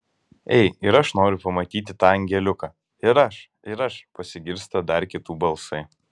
ei ir aš noriu pamatyti tą angeliuką ir aš ir aš pasigirsta dar kitų balsai